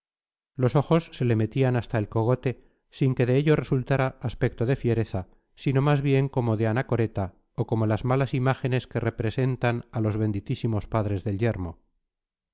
los ojos se le metían hasta el cogote sin que de ello resultara aspecto de fiereza sino más bien como de anacoreta o como las malas imágenes que representan a los benditísimos padres del